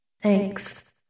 Thanks